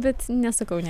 bet nesakau ne